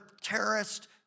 terrorist